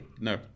no